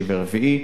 שלישי ורביעי,